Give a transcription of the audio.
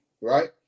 right